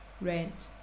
Rent